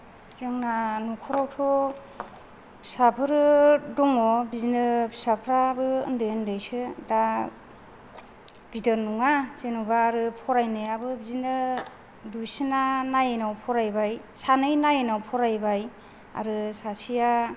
जोंना न'खरावथ' फिसाफोरो दङ बिदिनो फिसाफ्राबो उन्दै उन्दैसो दा गिदिर नङा जेन'बा आरो फरायनायाबो बिदिनो दुइसिना नाइनाव फरायबाय सानै नाइनाव फरायबाय आरो सासेया